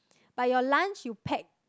but your lunch you pack